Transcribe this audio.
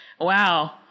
Wow